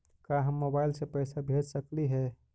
का हम मोबाईल से पैसा भेज सकली हे?